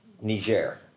Niger